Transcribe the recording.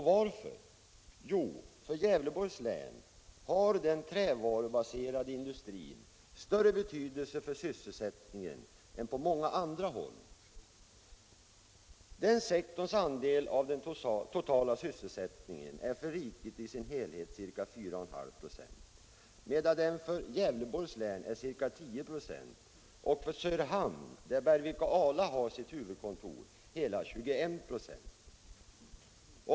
Jo, därför att för Gävleborgs län har den trävarubaserade industrin större betydelse för sysselsättningen än på många andra håll. Den sektorns andel av den totala sysselsättningen är för riket i dess helhet ca 4,5 96, medan den för Gävleborgs län är ca 10 96 och för Söderhamn, där Bergvik och Ala har sitt huvudkontor, uppgår till hela 21 96.